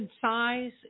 size